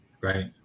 right